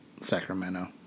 Sacramento